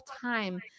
time